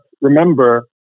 remember